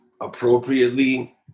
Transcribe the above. appropriately